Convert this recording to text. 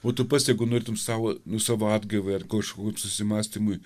o tu pats jeigu norėtum savo nu savo atgaivai ar kažkur susimąstymui